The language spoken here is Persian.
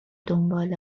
دنبال